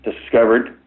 discovered